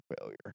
failure